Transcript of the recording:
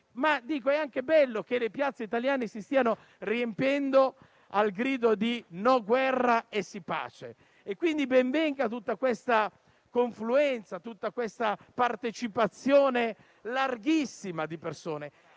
che è anche bello che le piazze italiane si stiano riempiendo al grido di: no guerra, sì pace. Ben vengano tutta questa confluenza e tutta questa partecipazione larghissima di persone.